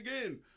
again